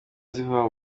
ziva